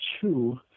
two